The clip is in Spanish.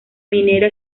minera